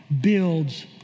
builds